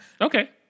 Okay